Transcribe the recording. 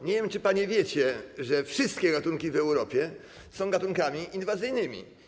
Nie wiem, czy panie wiecie, że wszystkie gatunki w Europie są gatunkami inwazyjnymi.